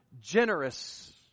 generous